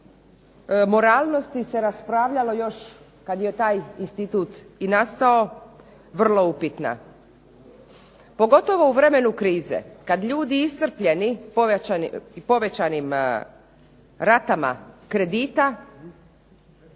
moralnosti se raspravljalo kada je taj institut nastao vrlo upitna. Pogotovo u vremenu krize kada ljudi iscrpljeni povećanim ratama kredita